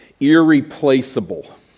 irreplaceable